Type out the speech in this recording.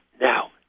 now